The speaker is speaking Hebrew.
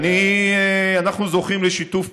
אנחנו זוכים לשיתוף פעולה,